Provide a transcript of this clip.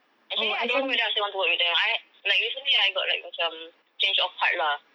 actually I don't know whether I want to still work with them I like recently I got like macam change of heart